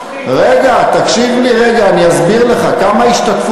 רגע, אני אסביר לך מה זה רלוונטי.